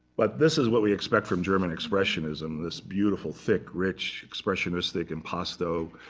but this is what we expect from german expressionism, this beautiful, thick, rich, expressionistic, impasto,